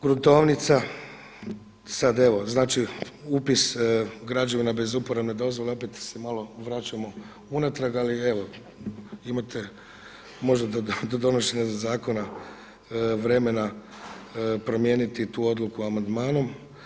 Gruntovnica, sada evo upis građevina bez uporabne dozvole opet se malo vraćamo unatrag ali evo imate možda do donošenja zakona vremena promijeniti tu odluku amandmanom.